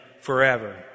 forever